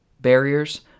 barriers